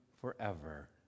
forever